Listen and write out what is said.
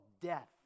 death